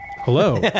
hello